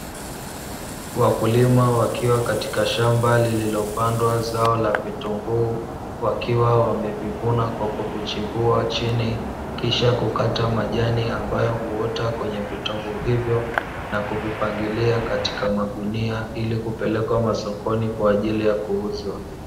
Wakulima wakiwa katika shamba lililopandwa zao la vitunguu wakiwa wamevivuna kwa kuvichimbua chini, kisha kukata majani ambayo huota kwenye vitunguu hivyo na kuvipangilia katika magunia ili kupelekwa sokoni kwa ajili ya kuuzwa.